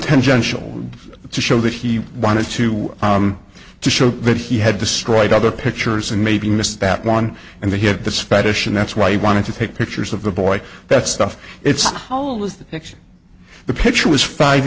ten general to show that he wanted to to show that he had destroyed other pictures and maybe missed that one and that he had the spanish and that's why he wanted to take pictures of the boy that stuff it's always the picture was five